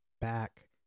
back